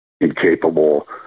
incapable